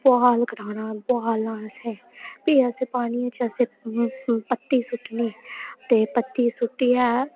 बुआल कराना बुआलना उसी प्ही असें पानी च असें पत्ती सु'ट्टनी ते पत्ती सु'ट्टियै